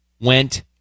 went